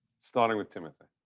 starting with timothy.